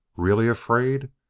really afraid?